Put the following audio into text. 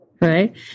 right